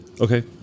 Okay